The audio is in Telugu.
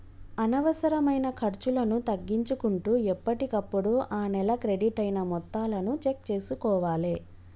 అనవసరమైన ఖర్చులను తగ్గించుకుంటూ ఎప్పటికప్పుడు ఆ నెల క్రెడిట్ అయిన మొత్తాలను చెక్ చేసుకోవాలే